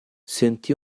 sentì